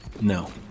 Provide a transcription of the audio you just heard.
No